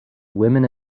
women